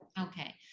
okay